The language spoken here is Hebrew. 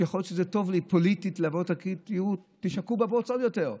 שיכול להיות שזה טוב לי פוליטית לבוא ולהגיד: תשקעו בבוץ עוד יותר,